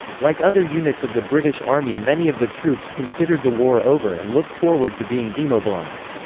like other units of the british army many of the troops considered the war over and looked forward to being demobilised.